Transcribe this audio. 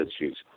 issues